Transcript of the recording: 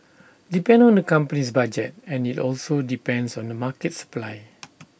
depend on the company's budget and IT also depends on the market supply